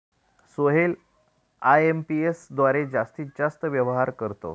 Sohail IMPS द्वारे जास्तीत जास्त व्यवहार करतो